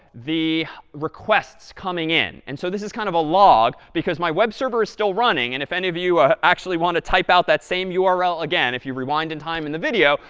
the requests coming in. and so this is kind of a log, because my web server is still running, and if any of you actually want to type out that same ah url again, if you rewind in time in the video,